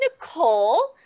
Nicole